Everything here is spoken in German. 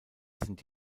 sind